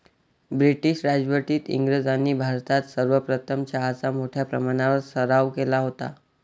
British राजवटीत इंग्रजांनी भारतात सर्वप्रथम चहाचा मोठ्या प्रमाणावर सराव केला होता